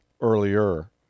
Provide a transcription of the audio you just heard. earlier